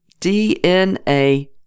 DNA